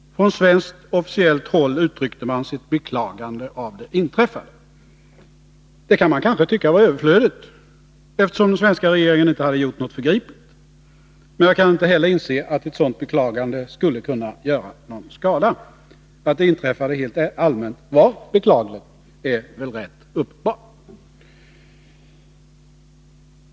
Från svenskt officiellt håll uttryckte man sitt beklagande av det inträffade. Det kan man kanske tycka var överflödigt, eftersom den svenska regeringen inte hade gjort något förgripligt. Men jag kaniinte heller inse att ett sådant beklagande skulle kunna göra någon skada. Att det inträffade helt allmänt var beklagligt är väl rätt uppenbart.